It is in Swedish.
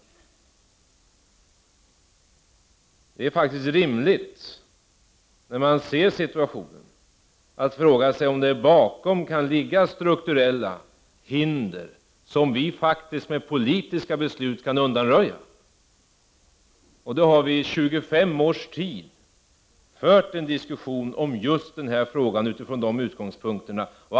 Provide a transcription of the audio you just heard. När man ser denna situation är det faktiskt rimligt att fråga sig om det bakom detta kan ligga strukturella hinder som vi med politiska beslut kan undanröja. I 25 års tid har vi fört en diskussion om just den här frågan utifrån de utgångspunkterna.